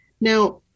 Now